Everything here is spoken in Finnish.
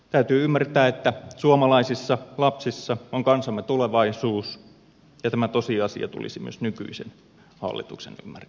täytyy ymmärtää että suomalaisissa lapsissa on kansamme tulevaisuus ja tämä tosiasia tulisi myös nykyisen hallituksen ymmärtää